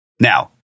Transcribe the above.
Now